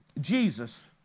Jesus